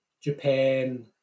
Japan